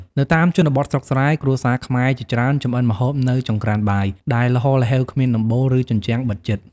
នៅតាមជនបទស្រុកស្រែ គ្រួសារខ្មែរជាច្រើនចម្អិនម្ហូបនៅចង្ក្រានបាយដែលល្ហល្ហេវគ្មានដំបូល ឬជញ្ជាំងបិទជិត។